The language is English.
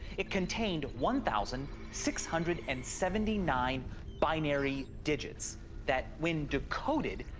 it contained one thousand six hundred and seventy nine binary digits that, when decoded,